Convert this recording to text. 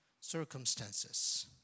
circumstances